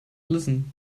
listen